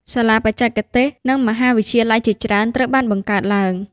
សាលាបច្ចេកទេស និងមហាវិទ្យាល័យជាច្រើនត្រូវបានបង្កើតឡើង។